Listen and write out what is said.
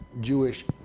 Jewish